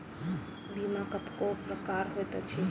बीमा कतेको प्रकारक होइत अछि